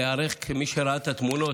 מי שראה את התמונות,